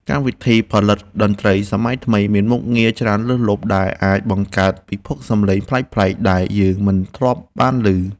កម្មវិធីផលិតតន្ត្រីសម័យថ្មីមានមុខងារច្រើនលើសលប់ដែលអាចបង្កើតពិភពសំឡេងប្លែកៗដែលយើងមិនធ្លាប់បានឮ។